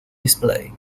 display